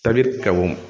தவிர்க்கவும்